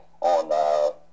on